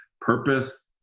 purpose